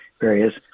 various